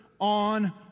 on